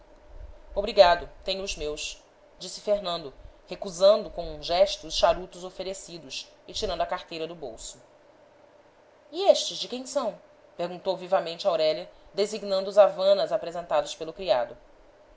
obrigado tenho os meus disse fernando recusando com um gesto os charutos oferecidos e tirando a carteira do bolso e estes de quem são perguntou vivamente aurélia designando os havanas apresentados pelo criado